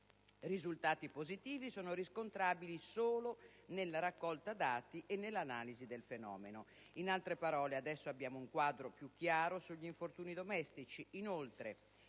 Risultati positivi sono riscontrabili solo nella raccolta dati e nell'analisi del fenomeno. In altre parole, adesso abbiamo un quadro più chiaro sugli infortuni domestici.